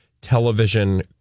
television